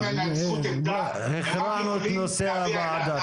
הכרענו את נושא הוועדה.